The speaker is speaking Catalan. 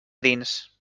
dins